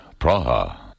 Praha